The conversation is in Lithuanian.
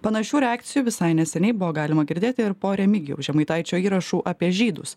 panašių reakcijų visai neseniai buvo galima girdėti ir po remigijaus žemaitaičio įrašų apie žydus